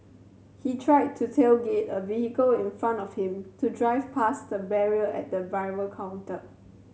he tried to tailgate a vehicle in front of him to drive past a barrier at the arrival counter